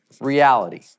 reality